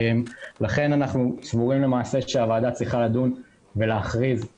לכן אנחנו סבורים שהוועדה צריכה לדון ולהכריז עליו